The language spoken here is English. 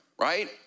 right